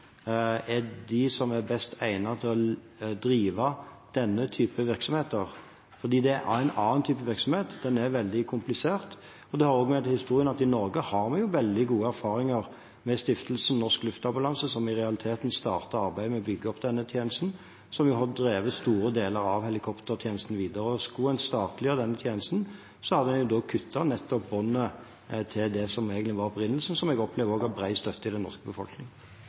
er best egnet til å drive denne typen virksomheter, fordi det er en annen type virksomhet. Den er veldig komplisert. Det hører også med til historien at vi i Norge har veldig gode erfaringer med Stiftelsen Norsk Luftambulanse, som i realiteten startet arbeidet med å bygge opp denne tjenesten, og som har drevet store deler av helikoptertjenesten videre. Skulle en statliggjøre denne tjenesten, hadde en nettopp kuttet båndet til det som egentlig var opprinnelsen, som jeg opplever at også har bred støtte i den norske